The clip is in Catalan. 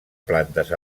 plantes